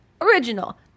original